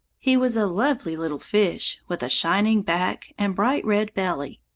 he was a lovely little fish with a shining back, and bright red belly.